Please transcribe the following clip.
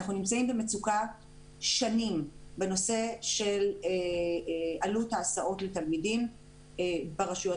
אנחנו נמצאים במצוקה שנים בנושא של עלות ההסעות לתלמידים ברשויות